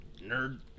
Nerd